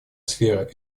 сфера